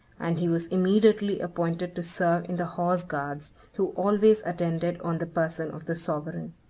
and he was immediately appointed to serve in the horseguards who always attended on the person of the sovereign.